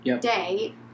day